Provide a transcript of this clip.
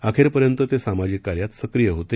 अखेरपर्यंत ते सामाजिक कार्यात सक्रिय होते